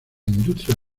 industria